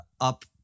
up